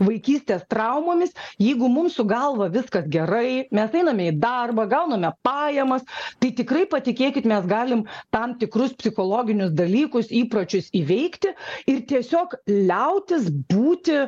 vaikystės traumomis jeigu mūsų galva viskas gerai mes einame į darbą gauname pajamas tai tikrai patikėkit mes galim tam tikrus psichologinius dalykus įpročius įveikti ir tiesiog liautis būti